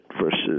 versus